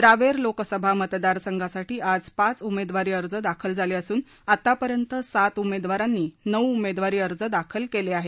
रावेर लोकसभा मतदार संघासाठी आज पाच उमेदवारी अर्ज दाखल झाले असून आतापर्यंत सात उमेदवारांनी नऊ उमेदवारी अर्ज दाखल केले आहेत